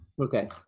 Okay